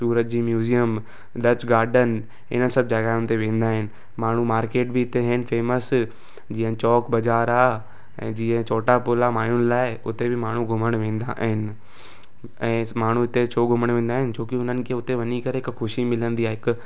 सूरत जी museum Dutch garden हिन सभु जॻहियुनि ते वेंदा आहिनि माण्हू मार्केट बि हिते आहिनि फेमस जीअं चौक बाज़ारि आ्हे ऐं जीअं चौटापुर खां माइयुनि लाइ हुते बि माण्हू घुमण वेंदा आहिनि ऐं माण्हू हिते छो घुमणु वेंदा आहिनि छो की हुननि खे हुते वञी करे हिकु ख़ुशी मिलंदी आहे हिकु